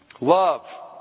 Love